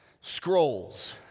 scrolls